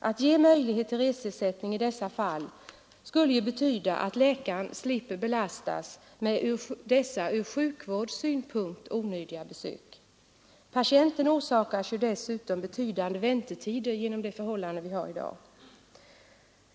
Att ge möjlighet till reseersättning i dessa fall skulle ju betyda att läkaren slipper belastas med dessa ur sjukvårdssynpunkt onödiga besök. Patienten orsakas ju dessutom betydande väntetider genom det förhållande som vi har i dag.